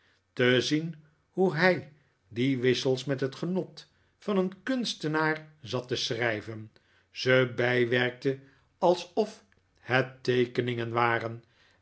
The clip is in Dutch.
te zien hoe hij die wissels met het genot van een kunstenaar zat te schrijven ze bijwerkte alsof het teekeningen waren